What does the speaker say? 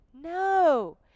No